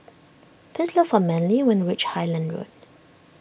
please look for Manly when you reach Highland Road